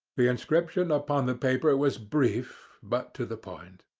the inscription upon the paper was brief, but to the point